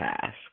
task